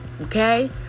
okay